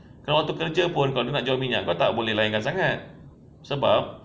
kalau itu kerja pun kalau nak jual minyak kau tak boleh layankan sangat sebab